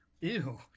Ew